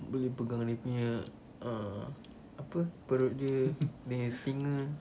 boleh pegang dia punya ah apa perut dia dia punya telinga